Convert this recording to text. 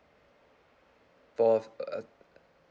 for uh